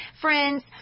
friends